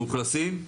מאוכלסים.